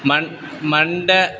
मण् मण्ड